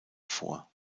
vor